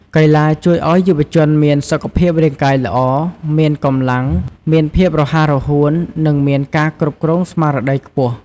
កីឡាជួយឲ្យយុវជនមានសុខភាពរាង្គកាយល្អ មានកម្លាំង មានភាពរហ័សរហួន និងមានការគ្រប់គ្រងស្មារតីខ្ពស់។